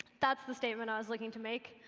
that's the statement i was lookig to make.